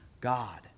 God